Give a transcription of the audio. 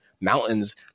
mountains